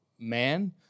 man